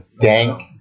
dank